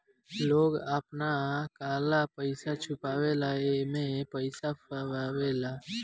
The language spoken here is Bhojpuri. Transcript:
लोग आपन काला पइसा छुपावे ला एमे पइसा फसावेलन